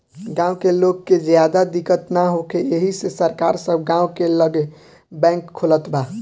गाँव के लोग के ज्यादा दिक्कत ना होखे एही से सरकार सब गाँव के लगे बैंक खोलत बा